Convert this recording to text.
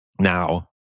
Now